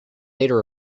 later